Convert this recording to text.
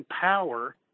power